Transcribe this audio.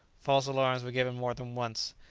false alarms were given more than once.